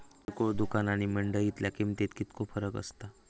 किरकोळ दुकाना आणि मंडळीतल्या किमतीत कितको फरक असता?